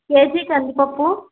KG కందిపప్పు